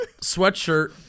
sweatshirt